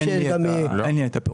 אין לי הפירוט.